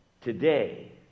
Today